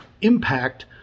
impact